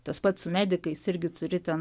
tas pat su medikais irgi turi ten